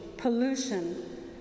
pollution